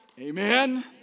Amen